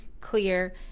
clear